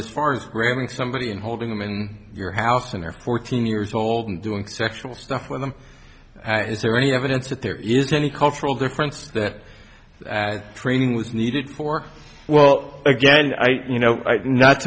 as far as grabbing somebody and holding them in your house when they're fourteen years old and doing sexual stuff with them is there any evidence that there is any cultural difference that training was needed for well again i you know not